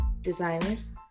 designers